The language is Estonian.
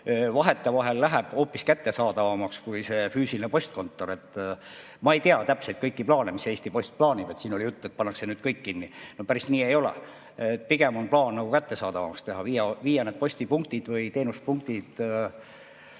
vahetevahel muutuda hoopis kättesaadavamaks kui selle füüsilise postkontori korral. Ma ei tea täpselt kõiki plaane, mida Eesti Post plaanib. Siin oli juttu, et pannakse kõik kinni. No päris nii ei ole. Pigem on plaan [teenus] kättesaadavamaks teha ja viia need postipunktid või teenuspunktid